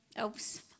Oops